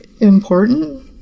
important